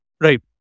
Right